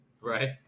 right